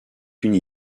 une